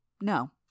No